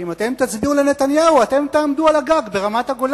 שאם אתם תצביעו לנתניהו אתם תעמדו על הגג ברמת-הגולן.